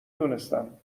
دونستم